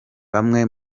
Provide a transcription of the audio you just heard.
bamwe